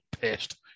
pissed